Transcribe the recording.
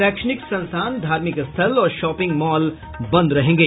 शैक्षणिक संस्थान धार्मिक स्थल और शॉपिंग मॉल बंद रहेंगे